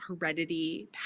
heredity